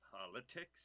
politics